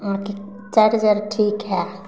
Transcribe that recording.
अहाँके चार्जर ठीक है